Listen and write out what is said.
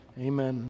Amen